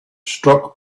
struck